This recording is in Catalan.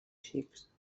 xics